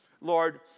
Lord